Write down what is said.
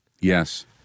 Yes